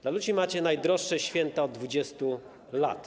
Dla ludzi macie najdroższe święta od 20 lat.